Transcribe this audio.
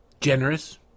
generous